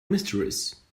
mysteries